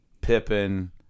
Pippen